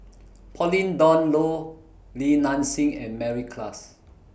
Pauline Dawn Loh Li Nanxing and Mary Klass